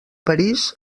parís